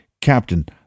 Captain